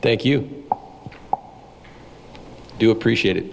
thank you i do appreciate it